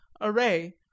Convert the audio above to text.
array